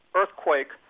earthquake